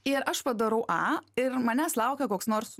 ir aš padarau a ir manęs laukia koks nors